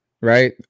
right